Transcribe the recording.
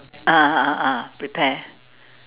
ah ah ah prepare